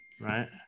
right